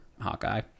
Hawkeye